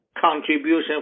contribution